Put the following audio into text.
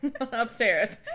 upstairs